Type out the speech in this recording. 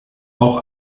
auch